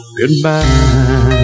goodbye